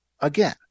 again